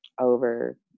over